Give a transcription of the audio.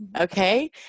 Okay